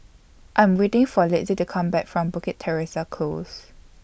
I'm waiting For Litzy to Come Back from Bukit Teresa Close